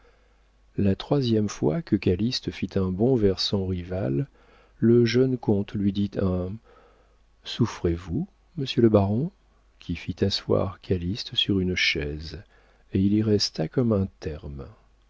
la troisième fois que calyste fit un bond vers son rival le jeune comte lui dit un souffrez-vous monsieur le baron qui fit asseoir calyste sur une chaise et il y resta comme un terme